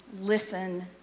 listen